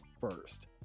first